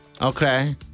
Okay